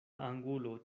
angulo